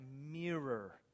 mirror